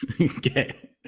okay